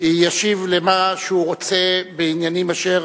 ישיב על מה שהוא רוצה בעניינים אשר